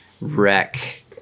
wreck